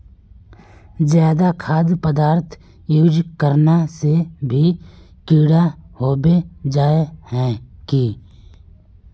ज्यादा खाद पदार्थ यूज करना से भी कीड़ा होबे जाए है की?